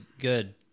Good